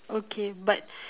okay but